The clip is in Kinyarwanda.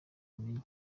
amenye